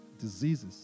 diseases